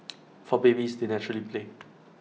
for babies they naturally play